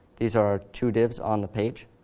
these are two divs on the page.